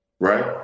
Right